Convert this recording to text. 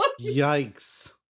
yikes